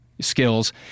skills